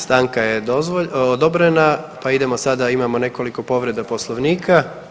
Stanka je odobrena, pa idemo sada imamo nekoliko povreda poslovnika.